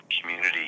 community